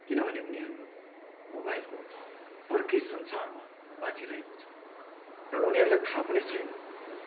किनभने उनीहरू मोबाइलको अर्कै संसारमा बाँचिरहेको छ र उनीहरूलाई थाह पनि छैन